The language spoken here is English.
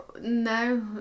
no